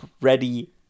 Ready